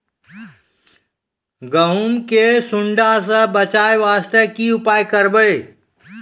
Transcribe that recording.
गहूम के सुंडा से बचाई वास्ते की उपाय करबै?